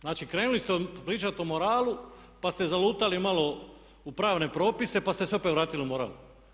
Znači, krenuli ste pričat o moralu pa ste zalutali malo u pravne propise, pa ste se opet vratili u moral.